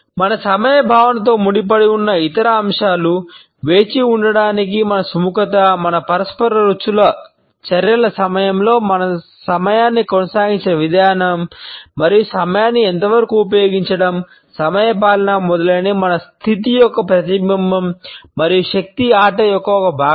మన సమయ భావనతో ముడిపడివున్న ఇతర అంశాలు వేచి ఉండటానికి మన సుముఖత మన పరస్పర చర్యల సమయంలో మన సమయాన్ని కొనసాగించిన విధానం మరియు సమయాన్ని ఎంతవరకు ఉపయోగించడం సమయపాలన మొదలైనవి మన స్థితి యొక్క ప్రతిబింబం మరియు శక్తి ఆట యొక్క ఒక భాగం